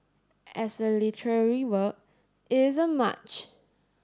as a literary work it isn't much